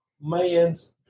man's